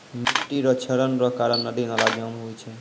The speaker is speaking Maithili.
मिट्टी रो क्षरण रो कारण नदी नाला जाम हुवै छै